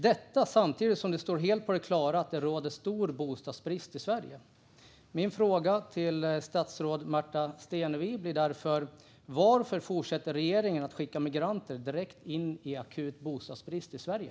Detta sker samtidigt som det står helt på det klara att det råder stor bostadsbrist i Sverige. Varför fortsätter regeringen, statsrådet Märta Stenevi, att skicka migranter direkt in i akut bostadsbrist i Sverige?